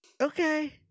okay